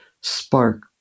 spark